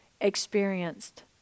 experienced